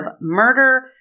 murder